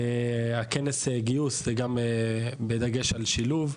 כנס הגיוס גם בדגש על שילוב.